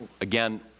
again